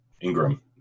Ingram